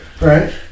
Right